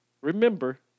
remember